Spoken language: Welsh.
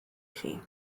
chi